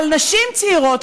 אבל נשים צעירות,